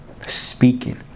Speaking